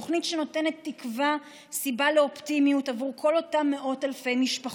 תוכנית שנותנת תקווה וסיבה לאופטימיות לכל אותם מאות אלפי משפחות.